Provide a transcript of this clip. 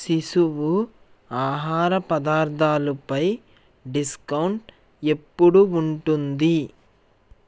శిశువు ఆహార పదార్థాలుపై డిస్కౌంట్ ఎప్పుడు ఉంటుంది